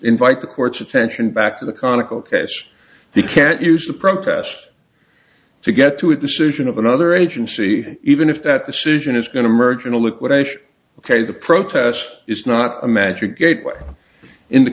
invite the court's attention back to the conical case they can't use the protests to get to a decision of another agency even if that decision is going to merge into liquidation ok the protest is not a magic gateway in the